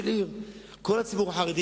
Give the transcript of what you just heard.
כל הציבור החרדי,